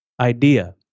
idea